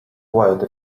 quite